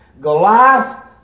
Goliath